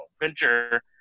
venture